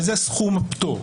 וזה סכום הפטור,